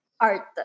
art